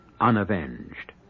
unavenged